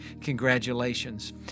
congratulations